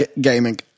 Gaming